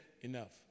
enough